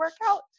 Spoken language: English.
workout